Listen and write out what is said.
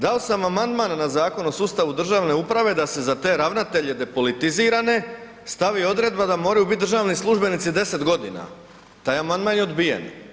Dao sam amandman na Zakon o sustavu državne uprave da se za te ravnatelje depolitizirane stavi odredba da moraju biti državni službenici 10 godina, taj amandman je odbijen.